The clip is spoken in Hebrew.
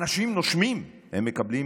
אנשים נושמים, הם מקבלים